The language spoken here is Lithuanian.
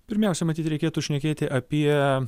pirmiausia matyt reikėtų šnekėti apie